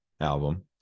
album